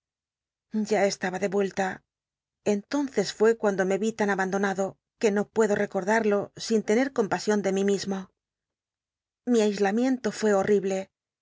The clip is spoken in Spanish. ya estaba de uclia entonce l'ué cuand o me í tan abandonado f ue no puedo tecordarlo sin tener compasion de mi mismo mi a i lamiento fué hortihlc